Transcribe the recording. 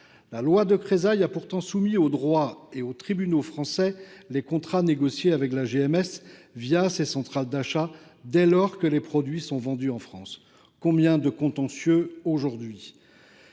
La loi Descrozaille a pourtant soumis au droit et aux tribunaux français les contrats négociés avec les grandes et moyennes surfaces ces centrales d’achat dès lors que les produits sont vendus en France. Combien de contentieux aujourd’hui ?